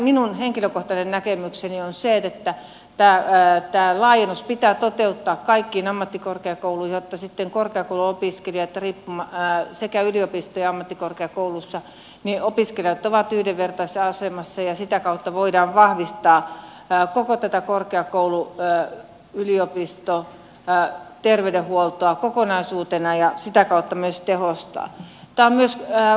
minun henkilökohtainen näkemykseni on se että tämä laajennus pitää toteuttaa kaikkiin ammattikorkeakouluihin jotta korkeakouluopiskelijat sekä yliopistoissa että ammattikorkeakouluissa ovat yhdenvertaisessa asemassa ja sitä kautta voidaan vahvistaa koko tätä korkeakoulu ja yliopistoterveydenhuoltoa kokonaisuutena ja sitä kautta myös tehostaa